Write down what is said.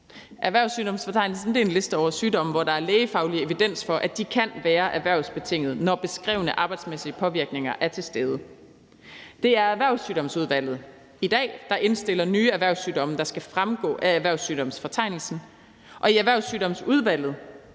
Erhvervssygdomsfortegnelsen er en liste over sygdomme, hvor der er lægefaglig evidens for, at de kan være erhvervsbetingede, når beskrevne arbejdsmæssige påvirkninger er til stede. Det er i dag Erhvervssygdomsudvalget, der indstiller nye erhvervssygdomme, der skal fremgå af erhvervssygdomsfortegnelsen, og i Erhvervssygdomsudvalget